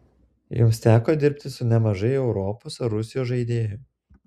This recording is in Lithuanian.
jums teko dirbti su nemažai europos ar rusijos žaidėjų